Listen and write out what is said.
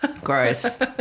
Gross